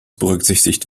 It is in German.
berücksichtigt